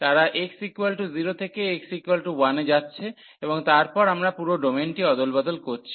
তারা x 0 থেকে x 1 তে যাচ্ছে এবং তারপরে আমরা পুরো ডোমেনটি অদলবদল করছি